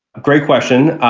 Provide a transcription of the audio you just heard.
great question.